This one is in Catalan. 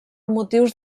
motius